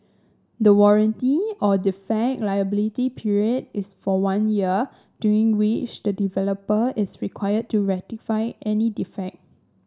the warranty or defect liability period is for one year during which the developer is required to rectify any defect